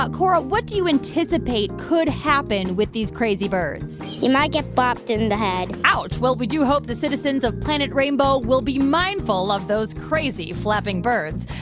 ah cora, what do you anticipate could happen with these crazy birds? you might get bopped in the head ouch. well, we do hope the citizens of planet rainbow will be mindful of those crazy flapping birds.